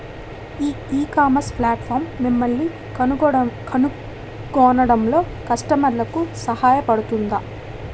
ఈ ecommerce platform మిమ్మల్ని కనుగొనడంలో కస్టమర్లకు సహాయపడుతుందా?